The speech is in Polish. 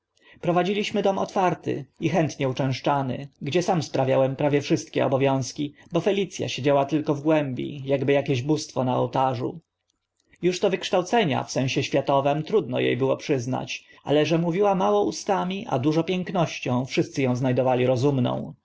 prowadziliśmy dom otwarty i chętnie uczęszczany gdzie sam sprawiałem prawie wszystkie obowiązki bo felic a siedziała tylko w głębi akby akieś bóstwo na ołtarzu już to wykształcenia w znaczeniu światowym trudno e było przyznać ale że mówiła mało ustami a dużo pięknością wszyscy ą zna dowali rozumną